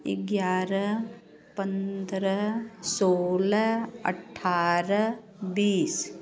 ग्यारह पंद्रह सोलह अट्ठारह बीस